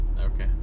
Okay